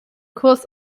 kurs